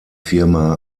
firma